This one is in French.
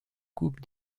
coupe